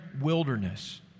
wilderness